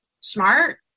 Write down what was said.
smart